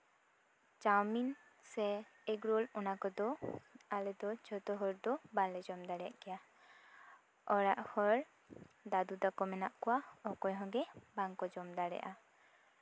chowmein ᱥᱮ egg roll ᱚᱱᱟ ᱠᱚᱫᱚ ᱟᱞᱮ ᱫᱚ ᱡᱷᱚᱛᱚ ᱦᱚᱲ ᱫᱚ ᱵᱟᱞᱮ ᱡᱚᱢ ᱫᱟᱲᱮᱭᱟᱜ ᱜᱮᱭᱟ ᱚᱲᱟᱜ ᱦᱚᱲ ᱫᱟᱹᱫᱩ ᱛᱟᱠᱚ ᱢᱮᱱᱟᱜ ᱠᱚᱣᱟ ᱚᱠᱚᱭ ᱦᱚᱸᱜᱮ ᱵᱟᱝᱠᱚ ᱡᱚᱢ ᱫᱟᱲᱮᱭᱟᱜᱼᱟ